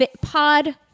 Pod